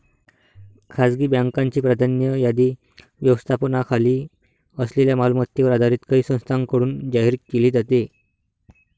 खासगी बँकांची प्राधान्य यादी व्यवस्थापनाखाली असलेल्या मालमत्तेवर आधारित काही संस्थांकडून जाहीर केली जाते